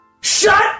SHUT